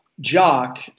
jock